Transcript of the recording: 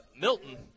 Milton